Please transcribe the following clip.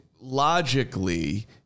Logically